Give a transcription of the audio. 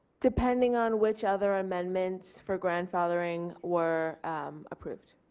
depending on which other amendments for grandfathering were approved.